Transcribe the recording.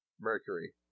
mercury